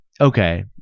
Okay